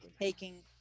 taking